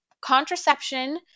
contraception